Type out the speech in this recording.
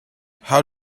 how